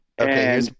Okay